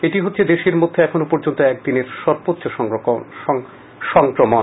এটি হচ্ছে দেশের মধ্যে এখনো পর্যন্ত একদিনের সর্বোচ্চ সংক্রমণ